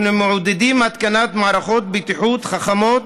אנחנו מעודדים התקנת מערכות בטיחות חכמות